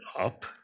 up